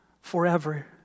forever